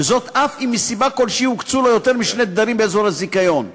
וזאת אף אם מסיבה כלשהי הוקצו לו יותר משני תדרים באזור הזיכיון.